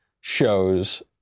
shows